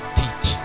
teach